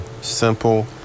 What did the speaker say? simple